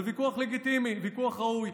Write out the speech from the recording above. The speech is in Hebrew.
זה ויכוח לגיטימי, ויכוח ראוי.